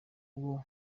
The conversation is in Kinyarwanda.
bwo